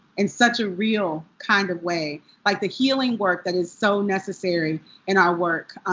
in such a real kind of way. like, the healing work that is so necessary in our work